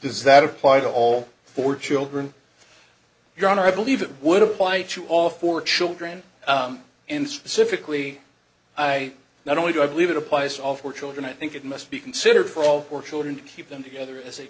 that apply to all four children your honor i believe it would apply to all four children and specifically i not only do i believe it applies to all four children i think it must be considered for all children to keep them together as a